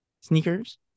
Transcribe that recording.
sneakers